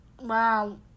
Wow